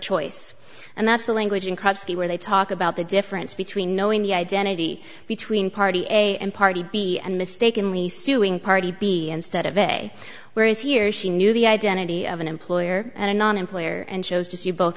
choice and that's the language in craps where they talk about the difference between knowing the identity between party a and party b and mistakenly suing party b instead of a whereas he or she knew the identity of an employer and a non employer and chose to see both